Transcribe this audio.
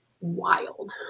wild